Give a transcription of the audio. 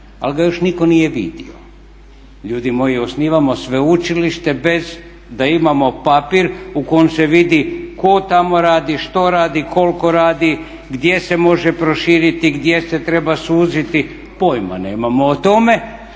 ali ga još nitko nije vidio. Ljudi moji, osnivamo sveučilište bez da imamo papir u kom se vidi tko tamo radi, što radi, koliko radi, gdje se može proširiti, gdje se treba suziti, pojma nemamo o tome